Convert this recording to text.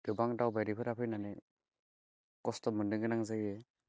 गोबां दावबायारिफोरा फैनानै खस्थ' मोन्नो गोनां जायो